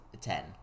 Ten